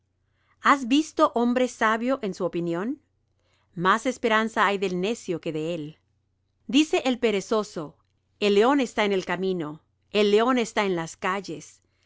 has visto hombre sabio en su opinión más esperanza hay del necio que de él dice el perezoso el león está en el camino el león está en las calles